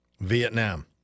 Vietnam